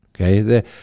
Okay